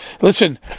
listen